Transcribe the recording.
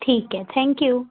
ਠੀਕ ਹੈ thank you